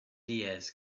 diaz